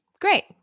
Great